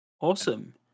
awesome